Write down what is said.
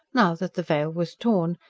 now that the veil was torn,